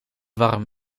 warm